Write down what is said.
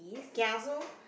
kiasu